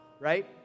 right